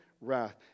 wrath